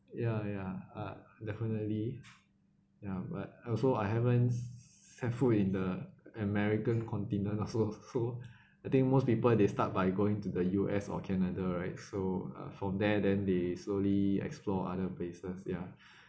ya ya uh definitely ya but also I haven't step foot in the american continent also so I think most people they start by going to the U_S or canada right so uh from there then they slowly explore other places ya